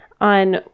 on